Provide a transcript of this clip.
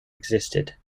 existed